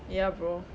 ya bro